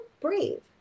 brave